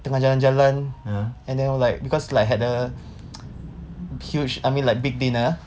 tengah jalan-jalan and then like because like had a huge I mean like big dinner